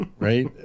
Right